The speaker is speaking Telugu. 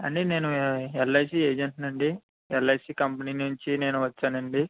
అండి నేను ఎల్ఐసి ఏజెంటును అండి ఎల్ఐసి కంపెనీ నుంచి నేను వచ్చాను అండి